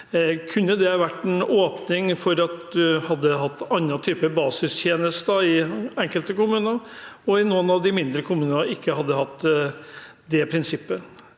Kunne det vært en åpning for at en hadde hatt andre typer basistjenester i enkelte kommuner, og at noen av de mindre kommunene ikke hadde hatt det prinsippet?